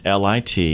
lit